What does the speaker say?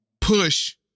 push